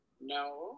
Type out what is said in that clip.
No